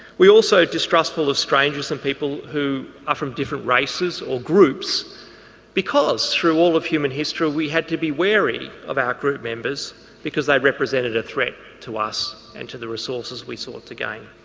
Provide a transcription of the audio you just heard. we also are distrustful of strangers and people who are from different races or groups because through all of human history we had to be wary of our group members because they represented a threat to us and to the resources we sought to gain.